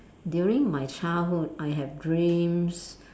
during my childhood I have dreams